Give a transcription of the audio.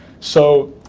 so